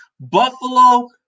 Buffalo